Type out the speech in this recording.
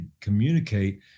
communicate